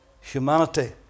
humanity